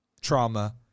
trauma